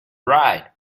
ride